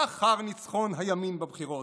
לאחר ניצחון הימין בבחירות.